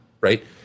right